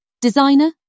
Designer